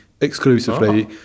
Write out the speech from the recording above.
exclusively